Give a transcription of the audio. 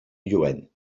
lluent